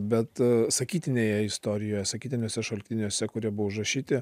bet sakytinėje istorijoje sakytiniuose šaltiniuose kurie buvo užrašyti